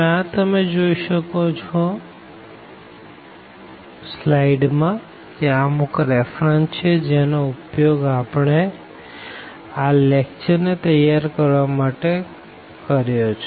આ અમુક રેફરન્સ છે જેનો ઉપયોગ આપણે આ લેકચર ને તૈયાર કરવા માટે કર્યો છે